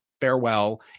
farewell